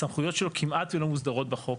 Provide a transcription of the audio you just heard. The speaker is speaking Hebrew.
הסמכויות שלו כמעט ולא מוסדרות בחוק.